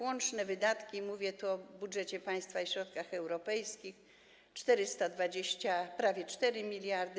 Łączne wydatki - mówię tu o budżecie państwa i środkach europejskich - prawie 424 mld.